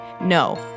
No